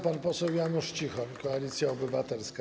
Pan poseł Janusz Cichoń, Koalicja Obywatelska.